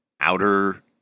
outer